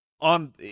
on